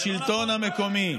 בשלטון המקומי.